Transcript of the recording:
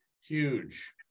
huge